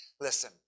Listen